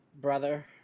brother